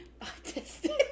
autistic